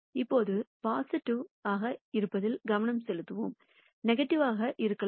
இப்போது பொசிடிவிவாக இருப்பதில் கவனம் செலுத்துவோம் எதிர்மறையாகவும் இருக்கலாம்